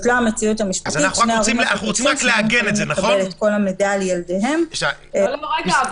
התקנות האלה תקפות כל עוד בית משפט לא יחליט אחרת.